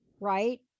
right